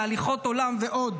"הליכות עולם" ועוד.